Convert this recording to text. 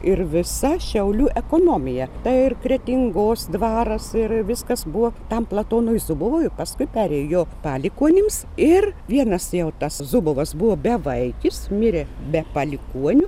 ir visa šiaulių ekonomija tai ir kretingos dvaras ir viskas buvo tam platonui zubovui paskui perėjo jo palikuonims ir vienas jau tas zubovas buvo bevaikis mirė be palikuonių